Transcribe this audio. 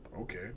Okay